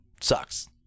sucks